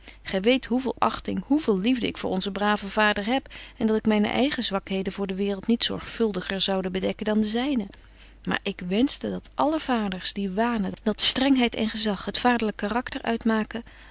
gy weet hoe veel achting hoe veel liefde ik voor onzen braven vader heb en dat ik myne eigen zwakheden voor de waereld niet zorgvuldiger zoude bedekken dan de zynen maar ik wenschte dat alle vaders die wanen dat strengheid en gezag het vaderlyk karakter uitmaken